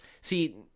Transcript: See